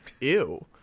ew